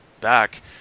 back